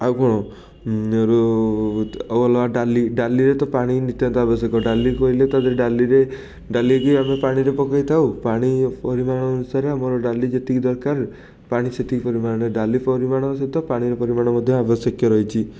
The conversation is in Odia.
ଆଉ କ'ଣ ଆଉ ହେଲା ଡାଲି ଡାଲିରେ ତ ପାଣି ନିତାନ୍ତ ଆବଶ୍ୟକ ଡାଲି କହିଲେ ତା' ଦିହରେ ଡାଲିରେ ଡାଲିକି ଆମେ ପାଣିରେ ପକେଇଥାଉ ପାଣି ପରିମାଣ ଅନୁସାରେ ଆମର ଡାଲି ଯେତିକି ଦରକାର ପାଣି ସେତିକି ପରିମାଣ ଡାଲି ପରିମାଣ ସହିତ ପାଣିର ପରିମାଣ ମଧ୍ୟ ଅବଶ୍ୟକୀୟ ରହିଛି